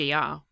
GR